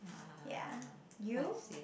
ya you